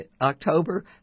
October